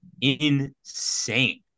Insane